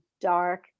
dark